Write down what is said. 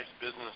business